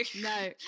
No